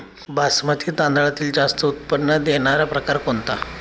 बासमती तांदळातील जास्त उत्पन्न देणारा प्रकार कोणता?